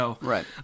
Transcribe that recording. Right